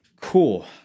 cool